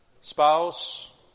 spouse